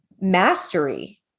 mastery